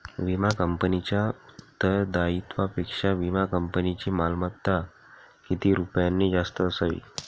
विमा कंपनीच्या उत्तरदायित्वापेक्षा विमा कंपनीची मालमत्ता किती रुपयांनी जास्त असावी?